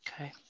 Okay